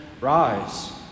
Rise